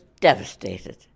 devastated